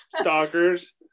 stalkers